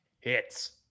hits